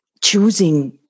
choosing